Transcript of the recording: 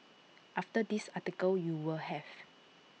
after this article you will have